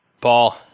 Paul